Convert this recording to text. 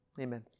Amen